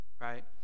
right